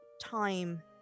time